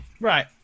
Right